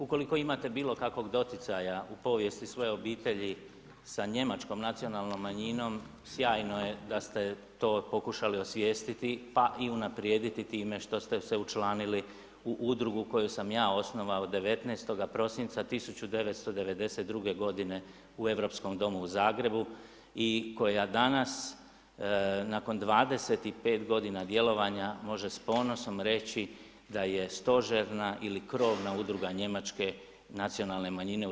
Ukoliko imate bilo kakvog doticaja u povijesti svoje obitelji sa Njemačkom nacionalnom manjinom sjajno je da ste to pokušali osvijestiti pa i unaprijediti time što ste se učlanili u udrugu koju sam ja osnovao 19. prosinca 1992. godine u Europskom domu u Zagrebu i koja danas nakon 25 godina djelovanja može s ponosom reći da je stožerna ili krovna udruga Njemačke nacionalne manjine u RH.